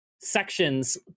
sections